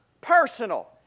personal